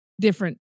different